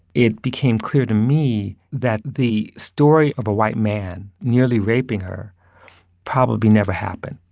it became clear to me that the story of a white man nearly raping her probably never happened.